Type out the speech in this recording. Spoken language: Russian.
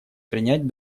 принять